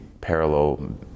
parallel